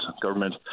government